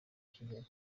kigali